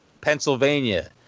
Pennsylvania